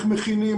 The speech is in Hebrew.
איך מכינים,